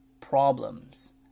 problems